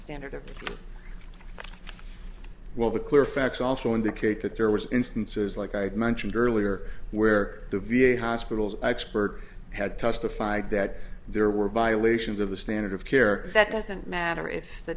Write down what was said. standard as well the clear facts also indicate that there was instances like i mentioned earlier where the v a hospitals expert had testified that there were violations of the standard of care that doesn't matter if the